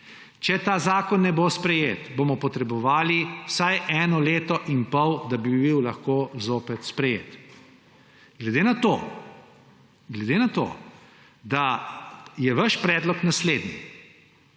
Če ta zakon ne bo sprejet, bomo potrebovali vsaj eno leto in pol, da bi bil lahko zoper sprejet. Glede na to, da je vaš predlog naslednji,